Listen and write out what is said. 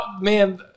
Man